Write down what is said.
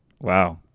wow